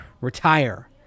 retire